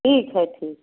ठीक है ठीक